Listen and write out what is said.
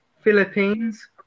Philippines